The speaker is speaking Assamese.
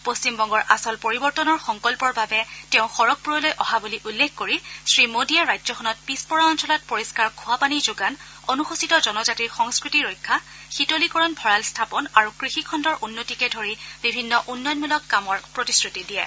পশ্চিমবংগৰ আচল পৰিৱৰ্তনৰ সংকল্পৰ বাবে তেওঁ খড্গপুৰলৈ অহা বুলি উল্লেখ কৰি শ্ৰীমোডীয়ে ৰাজ্যখনত পিছপৰা অঞ্চলত পৰিস্থাৰ খোৱাপানী যোগান অনুসূচিত জনজাতিৰ সংস্থতি ৰক্ষাশীতলীকৰণ ভঁৰাল স্থাপন আৰু কৃষি খণুৰ উন্নতিকে ধৰি বিভিন্ন উন্নয়নমূলক কামৰ প্ৰতিশ্ৰুতি দিয়ে